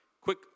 quick